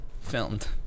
filmed